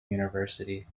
university